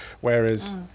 whereas